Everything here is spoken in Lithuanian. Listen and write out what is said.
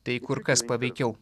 tai kur kas paveikiau